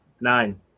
nine